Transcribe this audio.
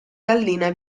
gallina